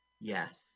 Yes